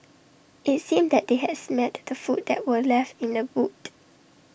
IT seemed that they had smelt the food that were left in the boot